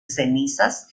cenizas